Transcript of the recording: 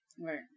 Right